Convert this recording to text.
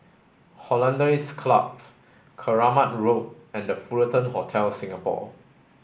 Hollandse Club Keramat Road and The Fullerton Hotel Singapore